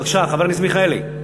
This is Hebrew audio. בבקשה, חבר הכנסת מיכאלי.